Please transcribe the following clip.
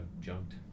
junked